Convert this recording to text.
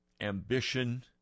ambition